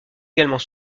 également